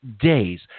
days